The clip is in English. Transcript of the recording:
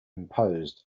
imposed